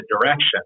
direction